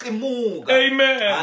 Amen